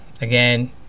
Again